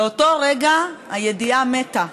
באותו רגע הידיעה מתה.